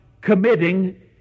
committing